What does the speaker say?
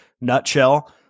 Nutshell